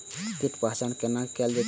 कीटक पहचान कैना कायल जैछ?